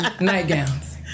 nightgowns